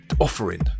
offering